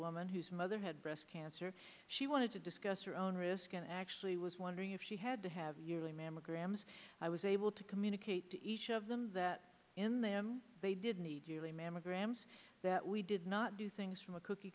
woman whose mother had breast cancer she wanted to discuss her own risk and actually was wondering if she had to have yearly mammograms i was able to communicate to each of them that in them they did need you a mammograms that we did not do things from a cookie